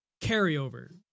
carryover